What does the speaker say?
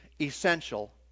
essential